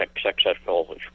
successful